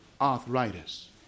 arthritis